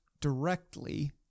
directly